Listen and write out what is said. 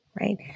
right